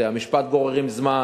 בתי-המשפט גוררים זמן,